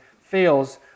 fails